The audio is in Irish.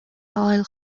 fháil